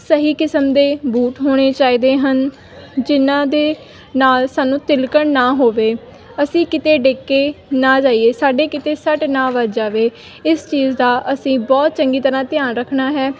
ਸਹੀ ਕਿਸਮ ਦੇ ਬੂਟ ਹੋਣੇ ਚਾਹੀਦੇ ਹਨ ਜਿਹਨਾਂ ਦੇ ਨਾਲ ਸਾਨੂੰ ਤਿਲਕਣ ਨਾ ਹੋਵੇ ਅਸੀਂ ਕਿਤੇ ਡਿੱਗ ਕੇ ਨਾ ਜਾਈਏ ਸਾਡੇ ਕਿਤੇ ਸੱਟ ਨਾ ਵੱਜ ਜਾਵੇ ਇਸ ਚੀਜ਼ ਦਾ ਅਸੀਂ ਬਹੁਤ ਚੰਗੀ ਤਰ੍ਹਾਂ ਧਿਆਨ ਰੱਖਣਾ ਹੈ